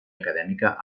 acadèmica